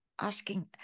asking